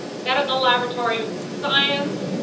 medical laboratory science,